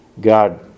God